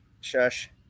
shush